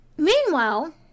Meanwhile